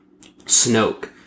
Snoke